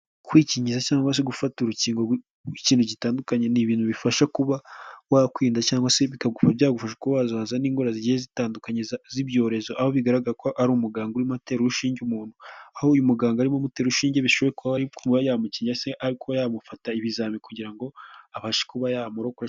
Kwikingira cyangwa se gufata urukingo ikintu gitandukanye ni ibintu bifasha kuba wakwirinda cyangwa se bikaba byagufasha kuba wazahazwa n'indwara zigiye zitandukanye z'ibyorezo, aho bigaragara ko ari umuganga urimo atera urushinge umuntu aho uyu muganga arimo amutera urushinge bishobora ko kuba yamukingira cyangwase ari kuba yamufata ibizami kugira ngo abashe kuba yamurokora.